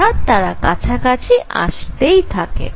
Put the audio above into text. অর্থাৎ তারা কাছাকাছি আসতেই থাকে